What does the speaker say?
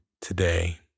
today